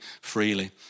freely